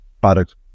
product